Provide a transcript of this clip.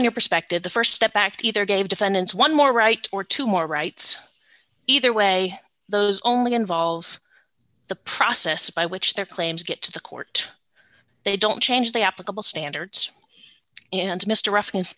on your perspective the st step back to either gave defendants one more rights or two more rights either way those only involve the process by which their claims get to the court they don't change the applicable standards and mr reference